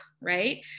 right